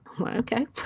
Okay